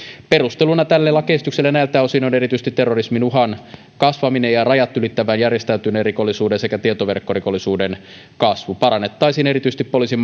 perusteluna tälle lakiesitykselle näiltä osin on erityisesti terrorismin uhan kasvaminen ja rajat ylittävän järjestäytyneen rikollisuuden sekä tietoverkkorikollisuuden kasvu tällä siis parannettaisiin erityisesti poliisin